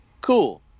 cool